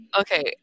Okay